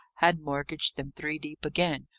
had mortgaged them three deep again,